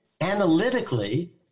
analytically